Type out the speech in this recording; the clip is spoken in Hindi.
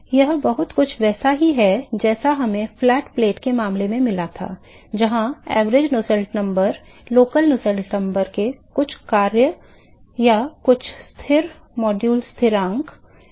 यह बहुत कुछ वैसा ही है जैसा हमें फ्लैट प्लेट के मामले में मिला था जहां औसत नुसेल्ट संख्या स्थानीय नुसेल्ट संख्या के कुछ कार्य या कुछ स्थिर मॉड्यूलो स्थिरांक है